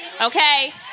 okay